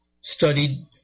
studied